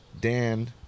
dan